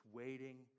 waiting